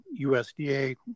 USDA